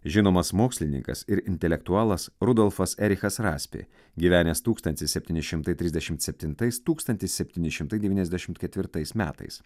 žinomas mokslininkas ir intelektualas rudolfas erichas raspė gyvenęs tūkstantis septyni šimtai trisdešimt septintais tūkstantis septyni šimtai devyniasdešimt ketvirtais metais